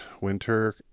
Winter